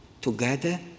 together